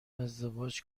ازدواج